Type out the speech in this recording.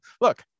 look